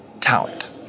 talent